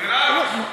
בירכנו,